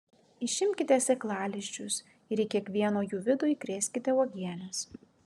išimkite sėklalizdžius ir į kiekvieno jų vidų įkrėskite uogienės